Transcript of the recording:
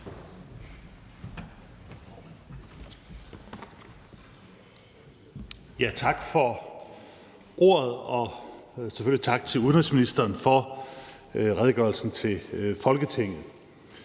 Tak for ordet, og selvfølgelig tak til udenrigsministeren for redegørelsen til Folketinget.